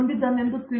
ಪ್ರತಾಪ್ ಹರಿಡೋಸ್ ಸರಿ